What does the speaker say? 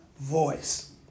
voice